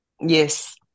Yes